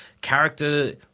character